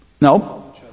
No